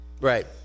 Right